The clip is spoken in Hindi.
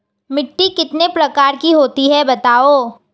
मिट्टी कितने प्रकार की होती हैं बताओ?